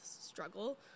struggle